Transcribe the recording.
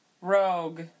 Rogue